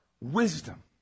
wisdom